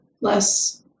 less